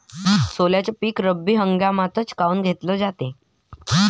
सोल्याचं पीक रब्बी हंगामातच काऊन घेतलं जाते?